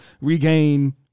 regain